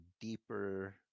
deeper